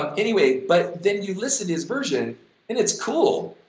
um anyway, but then you listen to his version and it's cool,